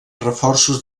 reforços